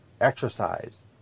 exercise